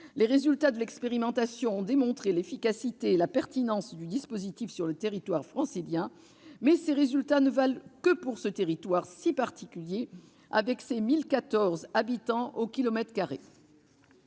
Les résultats de l'expérimentation ont démontré l'efficacité et la pertinence du dispositif sur le territoire francilien, mais ces résultats ne valent que pour ce territoire, si particulier, avec ses 1 014 habitants au kilomètre carré.